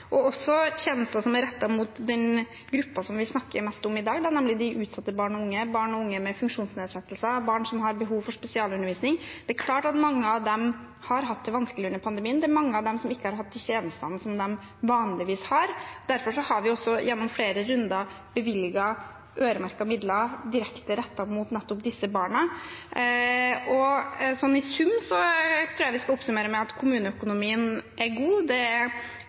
også tjenester som er rettet mot den gruppen vi snakker mest om i dag, nemlig utsatte barn og unge, barn og unge med funksjonsnedsettelser, barn som har behov for spesialundervisning. Det er klart at mange av dem har hatt det vanskelig under pandemien. Det er mange av dem som ikke har hatt de tjenestene de vanligvis har. Derfor har vi også gjennom flere runder bevilget øremerkede midler direkte rettet mot nettopp disse barna. I sum tror jeg vi skal oppsummere med at kommuneøkonomien er god. Det er